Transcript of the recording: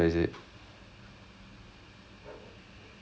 ah ஆமாம் ஒருதங்கே வந்து:aamaam oruthangae vanthu